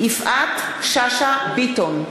יפעת שאשא ביטון,